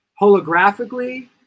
holographically